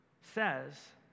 says